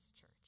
church